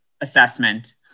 assessment